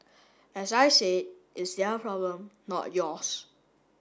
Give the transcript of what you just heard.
as I said it's their problem not yours